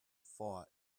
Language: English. fought